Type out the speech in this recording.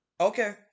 Okay